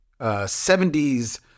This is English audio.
70s